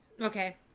Okay